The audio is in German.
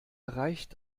reicht